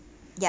ya